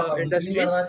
industries